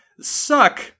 suck